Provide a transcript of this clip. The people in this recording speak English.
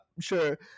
sure